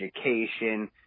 education